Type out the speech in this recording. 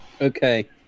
Okay